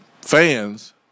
fans